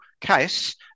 case